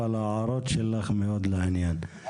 אבל ההערות שלך מאוד לעניין.